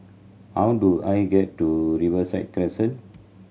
how do I get to Riverside Crescent